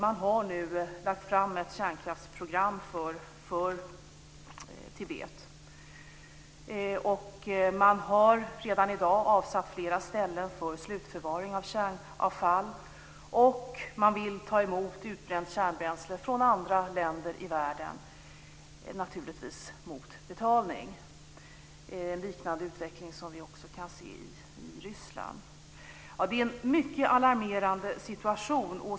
Man har lagt fram ett kärnkraftsprogram för Tibet. Man har redan i dag avsatt flera ställen för slutförvaring av kärnavfall. Man vill ta emot utbränt kärnbränsle från andra länder i världen - naturligtvis mot betalning. Det är en liknande utveckling som vi kan se i Ryssland. Det är en mycket alarmerande situation.